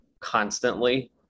constantly